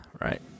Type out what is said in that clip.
Right